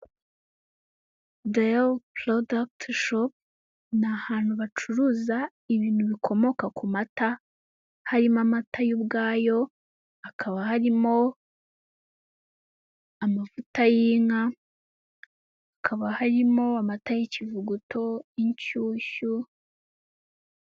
Dayari porodagiti shopu ni ahantu bacuruza ibintu bikomoka ku mata, harimo amata yo ubwayo, hakaba harimo amavuta y'inka, hakaba harimo amata y'ikivuguto, inshyushyu.